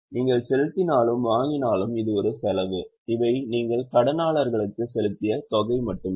நீங்கள் செலுத்தினாலும் வாங்கினாலும் இது ஒரு செலவு இவை நீங்கள் கடனாளர்களுக்கு செலுத்திய தொகை மட்டுமே